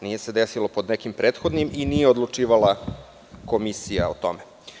Nije se desilo pod nekim prethodnim i nije odlučivala komisija o tome.